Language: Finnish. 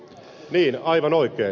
niin aivan oikein